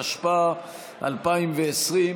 התשפ"א 2020,